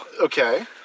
Okay